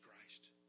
Christ